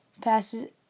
Passes